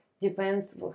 depends